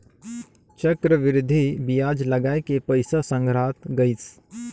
चक्रबृद्धि बियाज लगाय के पइसा संघरात गइस